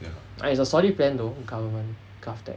ah is a solid plan though the government GovTech